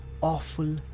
awful